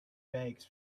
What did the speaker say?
bags